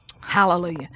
hallelujah